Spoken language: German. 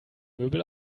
möbel